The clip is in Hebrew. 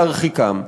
להרחיקם.